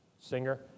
singer